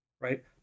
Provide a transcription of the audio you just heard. right